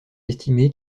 estimé